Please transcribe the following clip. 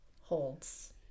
holds